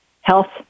health